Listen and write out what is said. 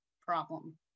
problem